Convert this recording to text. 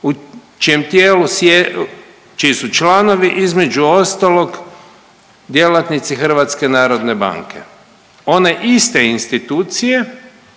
u čijem tijelu, čiji su članovi između ostalog djelatnici Hrvatske narodne banke, one iste institucije